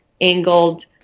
angled